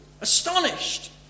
astonished